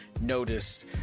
noticed